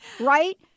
right